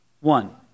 One